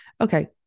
Okay